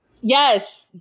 yes